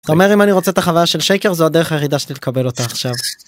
אומר אם אני רוצה את החוויה של שקר זו הדרך היחידה שלי לקבל אותה עכשיו.